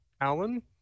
Alan